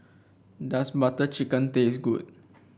does Butter Chicken taste good